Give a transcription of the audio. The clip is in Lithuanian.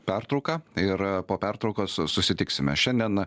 pertrauką ir po pertraukos susitiksime šiandien